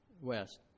West